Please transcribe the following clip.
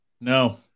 No